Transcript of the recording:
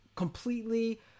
completely